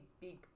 big